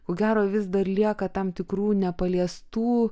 ko gero vis dar lieka tam tikrų nepaliestų